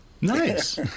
nice